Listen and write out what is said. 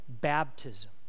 baptism